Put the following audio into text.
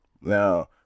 Now